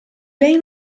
lei